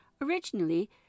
Originally